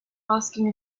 asking